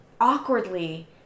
awkwardly